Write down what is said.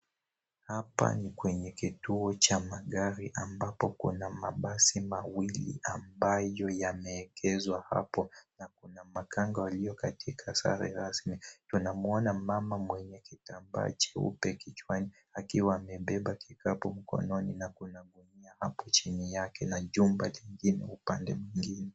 Hapa ni kwenye kituo cha magari ambapo kuna mabasi mawili ambayo yameegeshwa hapo na kuna makanga walio katika sare rasmi. Tunamuona mama mwenye kitambaa cheupe kichwani akiwa amebeba kikapu mkononi na hapo chini yake na chumba kingine upande mwingine.